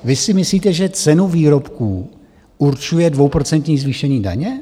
Vy si myslíte, že cenu výrobků určuje dvouprocentní zvýšení daně?